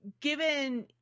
given